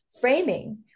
framing